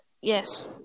Yes